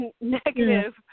negative